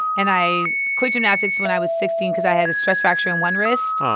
and i quit gymnastics when i was sixteen because i had a stress fracture on one wrist,